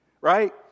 right